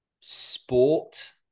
sport